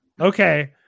Okay